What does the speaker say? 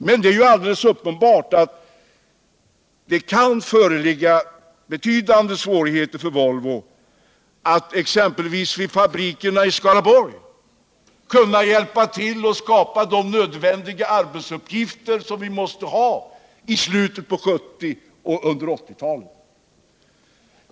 Men det är ju alldeles uppenbart att det kan bli betydande svårigheter för Volvo att vid fabrikerna i Skaraborgs län skapa de arbetstillfällen som vi måste ha i slutet av 1970-talet och under 1980-talet.